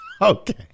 Okay